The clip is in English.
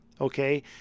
Okay